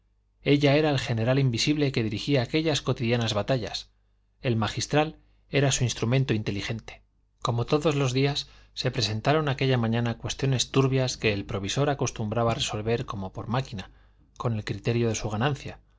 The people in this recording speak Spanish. ella era el general invisible que dirigía aquellas cotidianas batallas el magistral era su instrumento inteligente como todos los días se presentaron aquella mañana cuestiones turbias que el provisor acostumbraba resolver como por máquina con el criterio de su ganancia